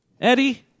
Eddie